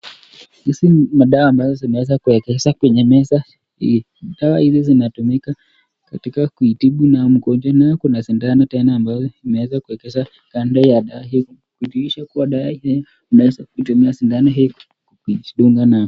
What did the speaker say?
Hizi ni madawa ambazo zimeweza kuwekeza kwenye meza hii, dawa hizi zinatumika katika kuitibu nayo mgonjwa nayo kuna sindano tena ambayo imeweza kuwekeza kando ya dawa hizi kudhirisha kuwa dawa hizi unaweza kutumia sindano hii kujidunga nayo.